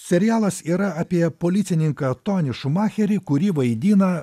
serialas yra apie policininką tonį šumacherį kurį vaidina